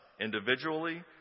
individually